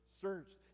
searched